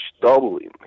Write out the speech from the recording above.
doubling